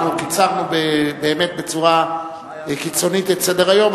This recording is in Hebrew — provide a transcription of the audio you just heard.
קיצרנו בצורה קיצונית את סדר-היום,